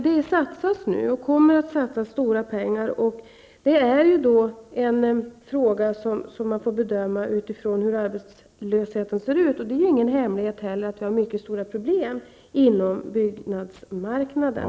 Det satsas nu och kommer att satsas stora pengar på detta. Det är en fråga som man får bedöma utifrån hur arbetslösheten ser ut. Det är ingen hemlighet att vi har mycket stora problem på byggmarknaden.